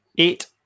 Eight